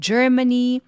Germany